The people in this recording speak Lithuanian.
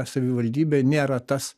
savivaldybė nėra tas